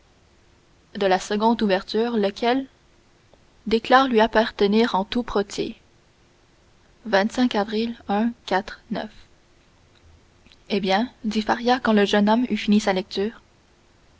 de la seconde ouverture lequel déclare lui appartenir en tout prot avril eh bien dit faria quand le jeune homme eut fini sa lecture